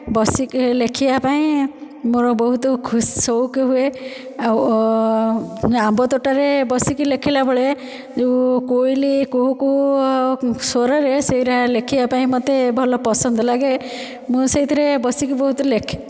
ବସିକି ଲେଖିବା ପାଇଁ ମୋର ବହୁତୁ ଖୁସ୍ ଶୌକ ହୁଏ ଆଉ ଆମ୍ବ ତୋଟାରେ ବସିକି ଲେଖିଲାବେଳେ ଯୋଉ କୋଇଲି କୁହୁକୁହୁ ସ୍ବରରେ ସେ'ରା ଲେଖିବା ପାଇଁ ମତେ ଭଲ ପସନ୍ଦ ଲାଗେ ମୁଁ ସେଇଥିରେ ବସିକି ବହୁତ ଲେଖେ